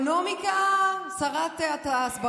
לא מדויק, אקונומיקה, שרת ההסברה.